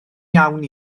iawn